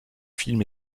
film